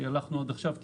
שהלכנו עד עכשיו,